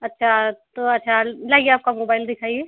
अच्छा तो अच्छा लाइए आपका मोबाइल दिखाइए